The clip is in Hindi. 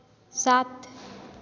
सात